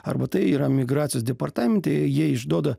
arba tai yra migracijos departamente jie išduoda